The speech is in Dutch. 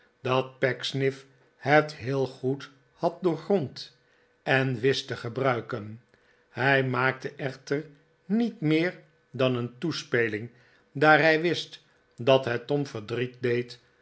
dat pecksniff het heel goed had doorgrond en wist te gebruiken hij maakte echter niet meer dan een toespeling daar hij wist dat het tom verdriet